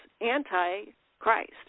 anti-Christ